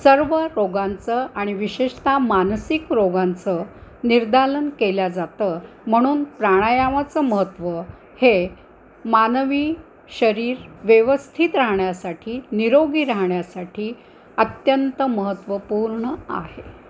सर्व रोगांचं आणि विशेषतः मानसिक रोगांचं निर्दालन केल्या जातं म्हणून प्राणायामाचं महत्त्व हे मानवी शरीर व्यवस्थित राहण्यासाठी निरोगी राहण्यासाठी अत्यंत महत्त्वपूर्ण आहे